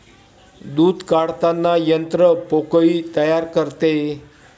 दूध काढताना यंत्र पोकळी तयार करते